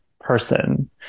person